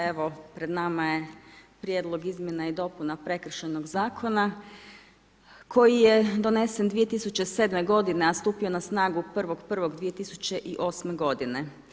Evo, pred nama je Prijedlog izmjena i dopuna Prekršajnog zakona koji je donesen 2007. godine a stupio na snagu 1.1.2008. godine.